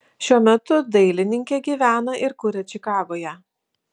šiuo metu dailininkė gyvena ir kuria čikagoje